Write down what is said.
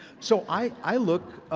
so i look,